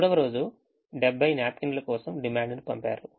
మూడవ రోజు 70 న్యాప్కిన్ లు కోసం డిమాండ్ను పంపారు